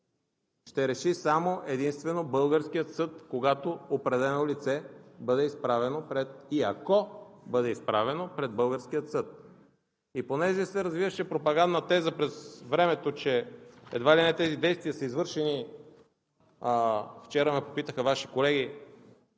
ще реши само и единствено българският съд, когато определено лице бъде изправено, и ако бъде изправено, пред българския съд. И понеже се развиваше пропагандна теза през времето, че едва ли не тези действия са извършени – вчера ме попитаха Ваши колеги